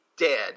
dead